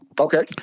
Okay